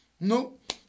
Nope